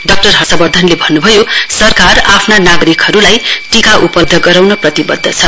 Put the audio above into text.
doctor हर्षवर्धनले भन्नुभयो सरकार आफ्ना नागरिकहरूलाई टीका उपलब्ध गराउन प्रतिबद्ध छ